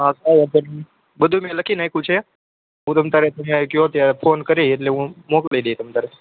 હા કાંઈ વાંધો નહીં બધું મેં લખી નાખ્યું છે હું તમ તારે તમે કયો ત્યારે ફોન કરીએ એટલે હું મોકલી દઇશ તમ તારે